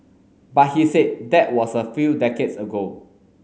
but he said that was a few decades ago